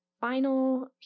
final